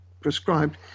prescribed